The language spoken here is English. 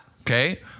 Okay